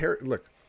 Look